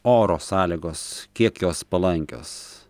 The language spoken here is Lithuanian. oro sąlygos kiek jos palankios